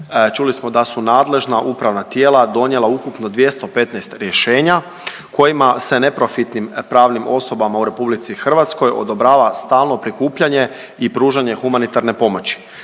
čuli smo da su nadležna upravna tijela donijela ukupno 215 rješenja kojima se neprofitnim pravnim osobama u RH odobrava stalno prikupljanje i pružanje humanitarne pomoći.